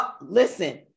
listen